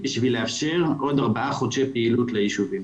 בשביל לאפשר עוד ארבעה חודשי פעילות ליישובים.